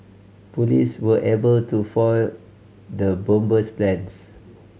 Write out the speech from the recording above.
police were able to foil the bomber's plans